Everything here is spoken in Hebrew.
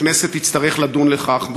הכנסת תצטרך לדון בכך,